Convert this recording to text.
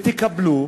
ותקבלו